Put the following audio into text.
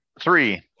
Three